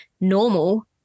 normal